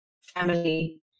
family